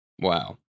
Wow